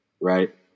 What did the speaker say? right